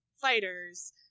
fighters